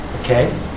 Okay